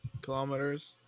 kilometers